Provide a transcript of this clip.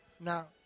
Now